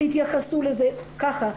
תתייחסו לזה כך.